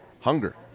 hunger